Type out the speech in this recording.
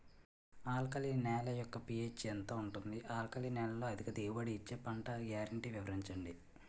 Alkali నేల యెక్క pH ఎంత ఉంటుంది? ఆల్కలి నేలలో అధిక దిగుబడి ఇచ్చే పంట గ్యారంటీ వివరించండి?